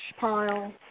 pile